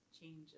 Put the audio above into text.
changes